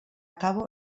cabo